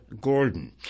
Gordon